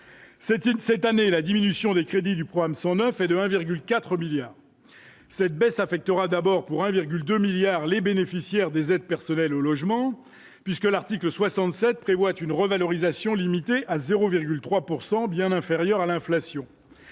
cette année la diminution des crédits du programme 109 et de 1,4 milliard cette baisse affectera d'abord pour 1,2 milliard les bénéficiaires des aides personnelles au logement puisque l'article 67 prévoit une revalorisation limitée à 0,3 pourcent bien inférieure à l'inflation